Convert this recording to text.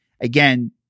again